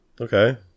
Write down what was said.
okay